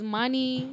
money